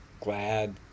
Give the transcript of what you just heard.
glad